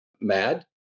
Mad